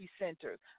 centers